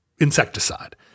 insecticide